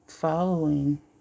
Following